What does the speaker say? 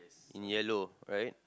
in yellow right